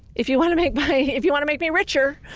if you want to make money, if you want to make me richer,